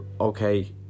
okay